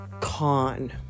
con